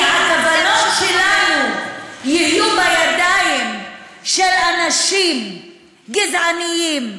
כי הכוונות שלנו יהיו בידיים של אנשים גזענים,